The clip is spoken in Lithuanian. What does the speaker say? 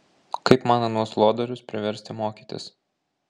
kaip man anuos lodorius priversti mokytis